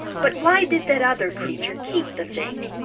but why did that other creature keep the thing?